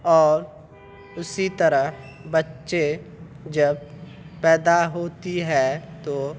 اور اسی طرح بچے جب پیدا ہوتی ہے تو